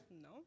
No